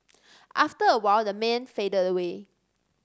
after a while the man faded away